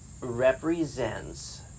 represents